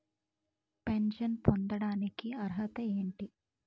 Pension పొందడానికి అర్హత ఏంటి?